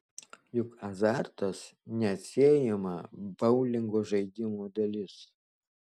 juk azartas neatsiejama boulingo žaidimo dalis